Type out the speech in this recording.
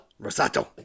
Rosato